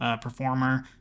performer